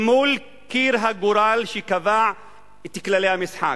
אל מול קיר הגורל שקבע את כללי המשחק.